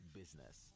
business